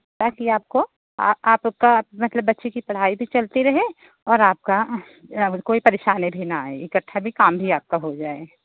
ताकि आपको आपका मतलब बच्चे की पढ़ाई भी चलती रहें और आप का कोई परेशानी भी ना आए एकट्ठा भी काम भी आपका हो जाएँ